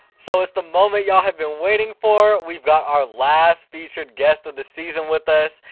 so it's the moment you all have been waiting for. we've got our last featured guest of the season with us.